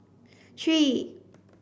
three